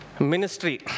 Ministry